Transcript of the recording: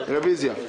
רביזיה.